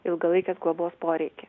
ilgalaikės globos poreikį